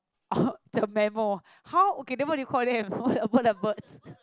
oh the mammal how okay then what do you call them bird